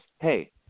hey